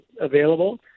available